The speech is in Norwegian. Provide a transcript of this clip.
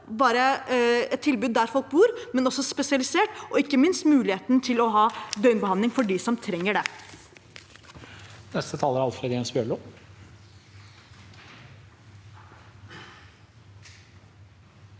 et tilbud der folk bor, men også spesialisert, og man må ikke minst ha muligheten til å ha døgnbehandling for dem som trenger det. Alfred Jens Bjørlo